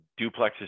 duplexes